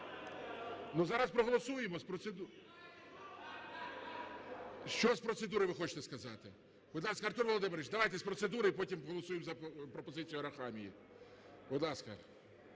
Ну, зараз проголосуємо. Що з процедури ви хочете сказати? Будь ласка, Артур Володимирович, давайте з процедури і потім голосуємо за пропозицію Арахамії. Будь ласка.